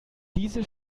diese